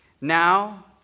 now